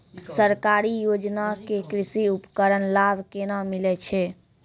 सरकारी योजना के कृषि उपकरण लाभ केना मिलै छै?